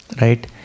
Right